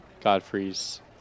godfrey's